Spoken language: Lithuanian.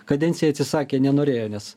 kadencijai atsisakė nenorėjo nes